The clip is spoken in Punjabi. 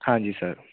ਹਾਂਜੀ ਸਰ